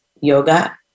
yoga